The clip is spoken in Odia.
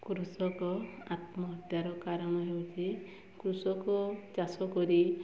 କୃଷକ ଆତ୍ମହତ୍ୟାର କାରଣ ହେଉଛି କୃଷକ ଚାଷ କରି